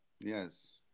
yes